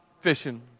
fishing